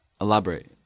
Elaborate